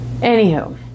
Anywho